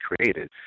created